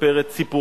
שמספר את סיפורו